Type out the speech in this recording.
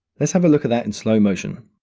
let's have a look at that in slow motion.